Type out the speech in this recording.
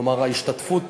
כלומר, ההשתתפות,